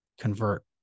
convert